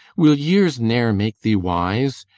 will years ne'er make thee wise?